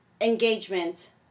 engagement